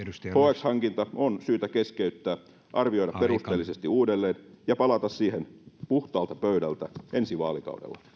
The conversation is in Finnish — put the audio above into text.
hx hankinta on syytä keskeyttää arvioida perusteellisesti uudelleen ja palata siihen puhtaalta pöydältä ensi vaalikaudella